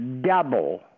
double